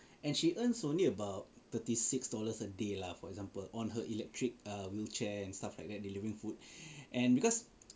and she earns only about thirty six dollars a day lah for example on her electric err wheelchair and stuff like that delivering food and because